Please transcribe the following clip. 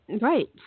Right